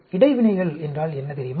இடைவினைகள் என்றால் என்ன தெரியுமா